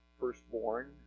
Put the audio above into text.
firstborn